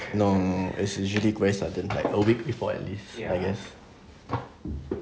no no it's usually quite sudden kind a week before at least I guess